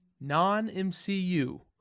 Non-MCU